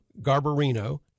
Garbarino